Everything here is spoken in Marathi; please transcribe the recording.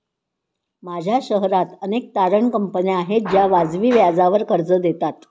माझ्या शहरात अनेक तारण कंपन्या आहेत ज्या वाजवी व्याजावर कर्ज देतात